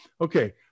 okay